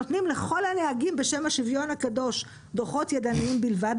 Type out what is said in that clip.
נותנים לכל הנהגים בשם השוויון הקדוש דוחות ידניים בלבד.